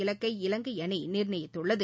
இலக்கை இலங்கை அணி நிர்ணயித்துள்ளது